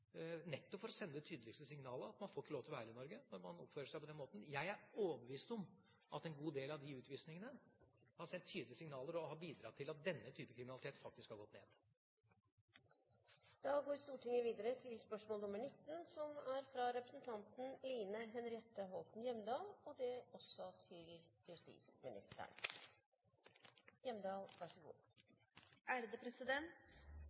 nettopp for å sende det tydeligste signalet, at man ikke får lov til å være i Norge når man oppfører seg på den måten. Jeg er overbevist om at en god del av disse utvisningene har sendt tydelige signaler og har bidratt til at denne type kriminalitet faktisk har gått ned.